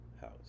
house